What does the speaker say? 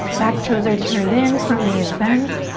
back toes are turned in, front knee is bent,